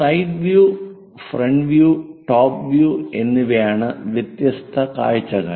side view front view top view എന്നിവയാണ് വ്യത്യസ്ത കാഴ്ചകൾ